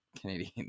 Canadian